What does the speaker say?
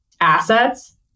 assets